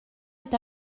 est